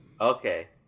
Okay